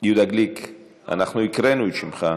יהודה גליק, הקראנו את שמך.